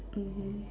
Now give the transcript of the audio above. mmhmm